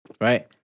right